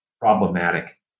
problematic